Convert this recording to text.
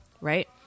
right